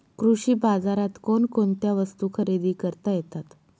कृषी बाजारात कोणकोणत्या वस्तू खरेदी करता येतात